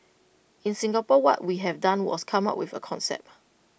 in Singapore what we have done was come up with A concept